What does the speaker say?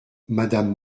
madame